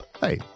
Hey